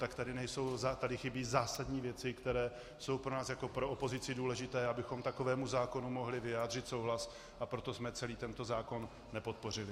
Tak tady chybí zásadní věci, které jsou pro nás jako pro opozici důležité, abychom takovému zákonu mohli vyjádřit souhlas, a proto jsme celý tento zákon nepodpořili.